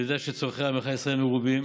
אני יודע שצורכי עמך ישראל מרובים